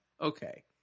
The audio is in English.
okay